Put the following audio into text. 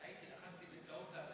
ההצעה להעביר את הנושא לוועדת העבודה,